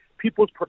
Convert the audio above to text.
people's